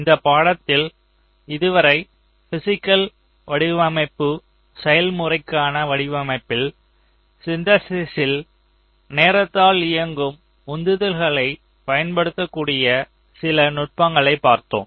இந்த பாடத்தில் இதுவரை பிஸிக்கல் வடிவமைப்பு செயல்முறைக்கான வடிவமைப்பில் சிந்தேசிஸ்ல் நேரத்தால் இயங்கும் உந்துதல்களைப் பயன்படுத்தக்கூடிய சில நுட்பங்களை பார்த்தோம்